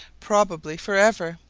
probably for ever.